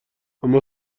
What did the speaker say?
اما